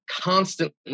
constantly